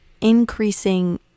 increasing